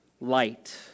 light